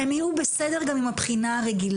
הם יהיו בסדר גם עם הבחינה הרגילה.